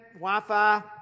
Wi-Fi